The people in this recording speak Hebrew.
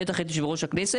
בטח את יושב ראש הכנסת,